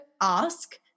ask